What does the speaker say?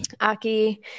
aki